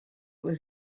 was